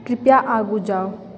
कृपया आगू जाउ